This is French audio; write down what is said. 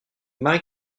marie